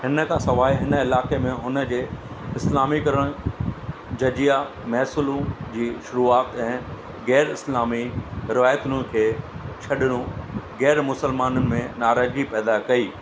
हिन खां सिवाइ हिन इलाइक़े में हुन जे इस्लामीकरणु जज़िया महिसूलु जी शुरूआति ऐं गै़रु इस्लामी रिवायतुनि खे छड॒णु गै़रु मुसलमाननि में नाराज़गी पैदा कई